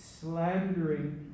slandering